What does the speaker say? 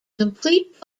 complete